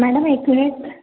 madam एक minute